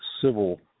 civil